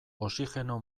oxigeno